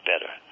better